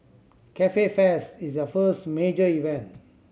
Cafe Fest is their first major event